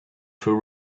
for